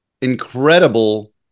incredible